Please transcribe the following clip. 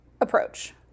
approach